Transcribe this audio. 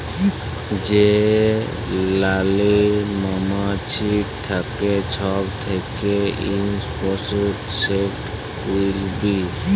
যে রালী মমাছিট থ্যাকে ছব থ্যাকে ইমপরট্যাল্ট, সেট কুইল বী